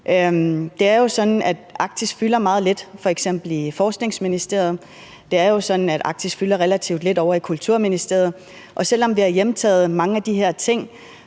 Det er jo sådan, at Arktis fylder meget lidt i f.eks. Forskningsministeriet, og at Arktis fylder relativt lidt ovre i Kulturministeriet, og selv om vi har hjemtaget mange af de her ting,